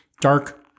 dark